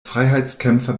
freiheitskämpfer